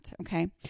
Okay